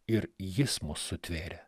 ir jis mus sutvėrė